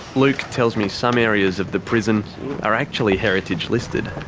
luke tells me some areas of the prison are actually heritage listed.